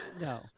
No